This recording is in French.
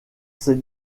ses